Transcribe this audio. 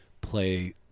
play